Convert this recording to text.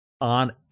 on